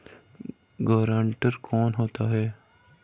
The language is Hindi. गारंटर कौन होता है?